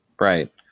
Right